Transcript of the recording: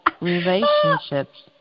Relationships